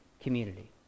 community